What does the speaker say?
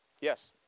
Yes